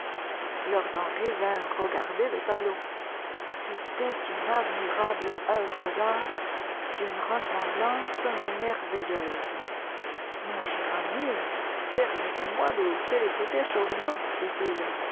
vint regarder le tableau c'était une admirable œuvre d'art d'une ressemblance merveilleuse mon cher ami permettez-moi de vous féliciter chaudement dit-il